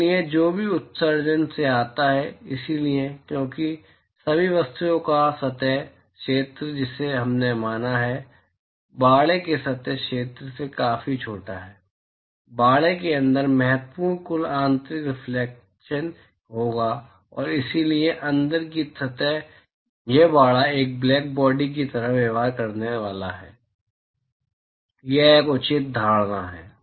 इसलिए जो भी उत्सर्जन से आता है इसलिए क्योंकि सभी वस्तुओं का सतह क्षेत्र जिसे हमने माना है बाड़े के सतह क्षेत्र से काफी छोटा है बाड़े के अंदर महत्वपूर्ण कुल आंतरिक रिफ्लेक्शन होगा और इसलिए अंदर की सतह यह बाड़ा एक ब्लैकबॉडी की तरह व्यवहार करने वाला है यह एक उचित धारणा है